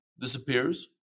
disappears